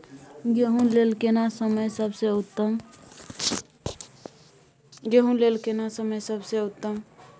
गेहूँ लेल केना समय सबसे उत्तम?